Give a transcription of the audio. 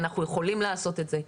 אנחנו יכולים לעשות את זה.